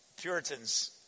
Puritans